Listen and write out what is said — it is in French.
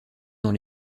dans